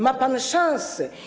Ma pan szansę.